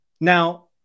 Now